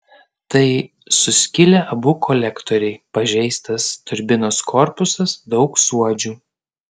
tai suskilę abu kolektoriai pažeistas turbinos korpusas daug suodžių